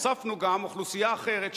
הוספנו גם אוכלוסייה אחרת,